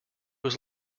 was